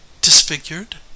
disfigured